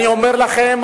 אני אומר לכם,